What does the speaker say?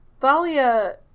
Thalia